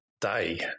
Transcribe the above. day